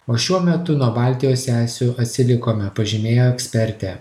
o šiuo metu nuo baltijos sesių atsilikome pažymėjo ekspertė